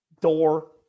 Door